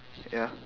ya